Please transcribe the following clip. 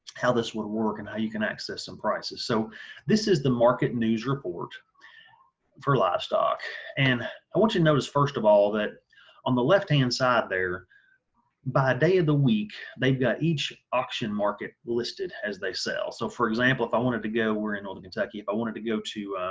how this would work and how you can access some prices so this is the market news report for livestock and i want you to notice first of all that on the left hand side there by a day of the week they've got each action market listed as they sell. so, for example if i wanted to go, we're in northern kentucky, if i wanted to go to